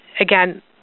Again